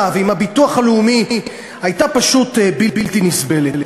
ועם הביטוח הלאומי הייתה פשוט בלתי נסבלת.